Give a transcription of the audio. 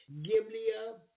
Giblia